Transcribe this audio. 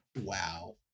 Wow